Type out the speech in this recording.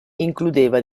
includeva